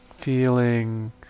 Feeling